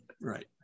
right